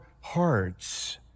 hearts